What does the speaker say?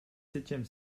septième